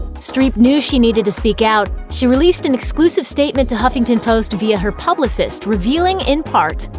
streep knew she needed to speak out. she released an exclusive statement to huffington post via her publicist, revealing, in part,